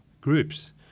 groups